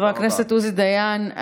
חבר הכנסת עוזי דיין,